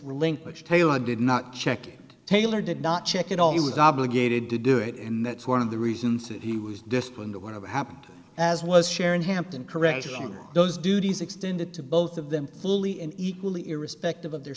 relinquished taylor did not check it taylor did not check at all he was obligated to do it and that's one of the reasons that he was disciplined or whatever happened as was sharon hampton correcting those duties extended to both of them fully and equally irrespective of their